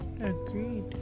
Agreed